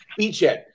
beachhead